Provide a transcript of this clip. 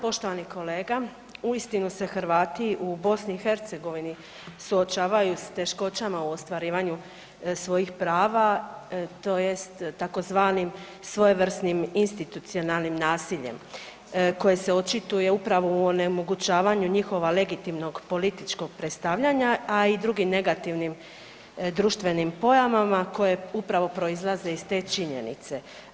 Poštovani kolega, uistinu se Hrvati u Bosni i Hercegovini suočavaju sa teškoćama u ostvarivanju svojih prava, tj. Tzv. Svojevrsnim institucionalnim nasiljem koje se očituje upravo u onemogućavanju njihova legitimnog političkog predstavljanja, a i drugim negativnim društvenim pojavama koje upravo proizlaze iz te činjenice.